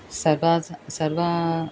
सर्वास सर्वा